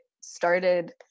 started